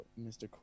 mr